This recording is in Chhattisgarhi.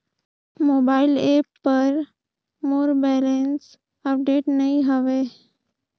मोबाइल ऐप पर मोर बैलेंस अपडेट नई हवे